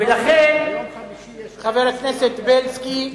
ביום חמישי יש כנס, לכן, חבר הכנסת בילסקי,